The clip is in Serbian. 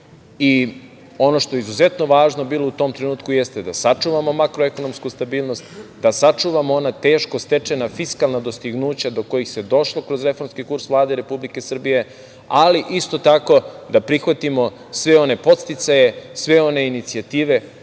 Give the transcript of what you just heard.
i ono što je izuzetno važno bilo u tom trenutku jeste da sačuvamo makroekonomsku stabilnost, da sačuvamo ona teško stečena fiskalna dostignuća do kojih se došlo kroz reformski kurs Vlade Republike Srbije, ali isto tako da prihvatimo sve one podsticaje, sve one inicijative